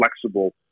flexible